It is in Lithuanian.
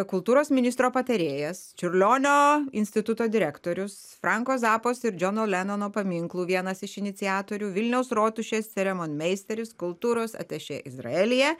kultūros ministro patarėjas čiurlionio instituto direktorius franko zapos ir džono lenono paminklų vienas iš iniciatorių vilniaus rotušės ceremonmeisteris kultūros atašė izraelyje